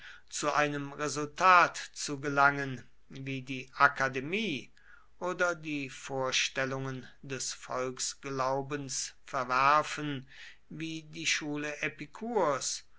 zu einem resultat zu gelangen wie die akademie oder die vorstellungen des volksglaubens verwerfen wie die schule epikurs